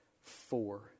four